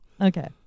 Okay